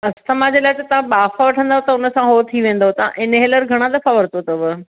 asthma जे लाइ त तव्हां बाफ़ वठंदव त हुनसां उहो थी वेंदव तव्हां इनहेलर घणा दफ़ा वर्तो अथव